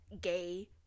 gay